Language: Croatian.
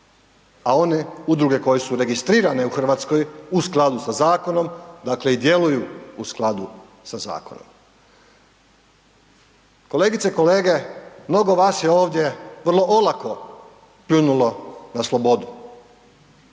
A one udruge koje su registrirane u Hrvatskoj u skladu sa zakonom, dakle i djeluju u skladu sa zakonom. Kolegice i kolege, mnogo vas je ovdje vrlo olako pljunulo na slobodu.